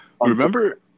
Remember